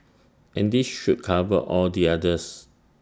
and this should cover all the others